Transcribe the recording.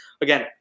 again